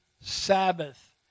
Sabbath